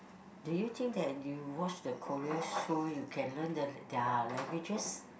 do you think that you watch the Korean show you can learn the their languages